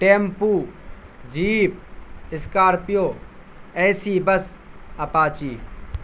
tempo jeep scorpio AC bus apache